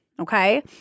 Okay